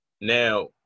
Now